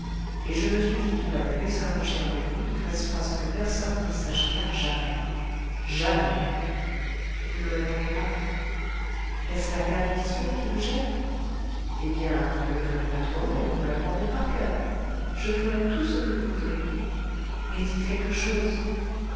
et je me suis dit qu'il valait mieux s'arranger avec vous de façon à ce que personne n'en sache rien jamais jamais vous ne répondez pas est-ce l'affaire du discours qui vous gêne eh bien vous ne le ferez pas trop long et vous me l'apprendrez par coeur je ferai tout ce que vous voudrez mais dites quelque chose